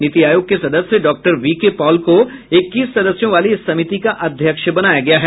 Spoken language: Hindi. नीति आयोग के सदस्य डॉक्टर वी के पॉल को इक्कीस सदस्यों वाली इस समिति का अध्यक्ष बनाया गया है